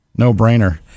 no-brainer